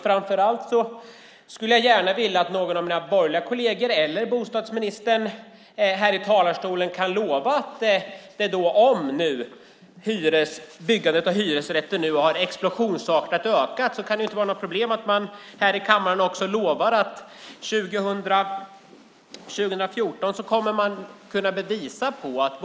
Framför allt skulle jag gärna se att någon av mina borgerliga kolleger eller bostadsministern här från talarstolen lovade att vi 2014 kommer att kunna se att bostadsbyggandet har varit högre under den borgerliga mandatperioden än under mandatperioden innan då Socialdemokraterna styrde.